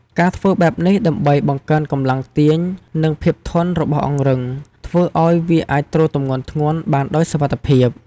ការធ្វើបែបនេះដើម្បីបង្កើនកម្លាំងទាញនិងភាពធន់របស់អង្រឹង ធ្វើឲ្យវាអាចទ្រទម្ងន់ធ្ងន់ បានដោយសុវត្ថិភាព។